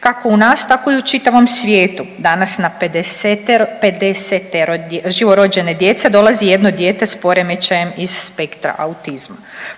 Kako u nas tako i u čitavom svijetu danas na 50-ero živorođene djece dolazi jedno dijete s poremećajem iz spektra autizma.